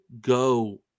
go